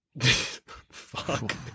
Fuck